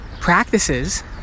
practices